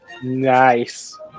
nice